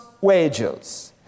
wages